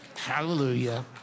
Hallelujah